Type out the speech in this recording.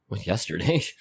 yesterday